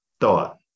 thought